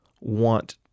want